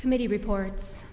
committee reports